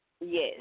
yes